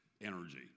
energy